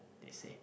they say